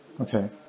Okay